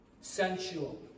Sensual